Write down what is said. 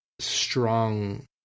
Strong